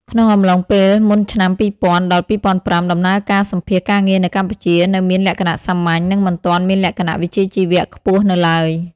ក្នុងអំឡុងពេលមុនឆ្នាំ ២០០០ ដល់ ២០០៥ ដំណើរការសម្ភាសន៍ការងារនៅកម្ពុជានៅមានលក្ខណៈសាមញ្ញ និងមិនទាន់មានលក្ខណៈវិជ្ជាជីវៈខ្ពស់នៅឡើយ។